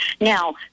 Now